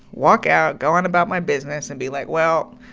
walk out, go on about my business and be like, well,